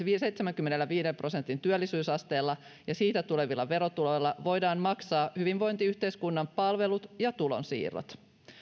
seitsemänkymmenenviiden prosentin työllisyysasteella ja siitä tulevilla verotuloilla voidaan maksaa hyvinvointiyhteiskunnan palvelut ja tulonsiirrot